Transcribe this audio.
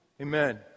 amen